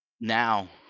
Now